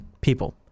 people